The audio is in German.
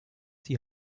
die